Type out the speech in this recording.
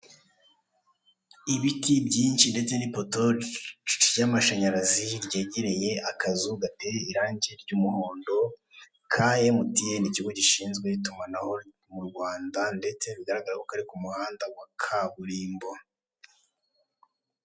Ibiti byinshi ndetse n'ipoto ry'amashanyarazi ryegereye akazu gateye irangi ry'umuhondo ka emutiyeni ikigo gishinzwe itumanaho mu Rwanda, ndetse bigaragara ko kari ku muhanda wa kaburimbo.